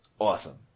awesome